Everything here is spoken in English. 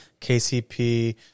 KCP